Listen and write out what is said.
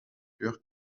chœur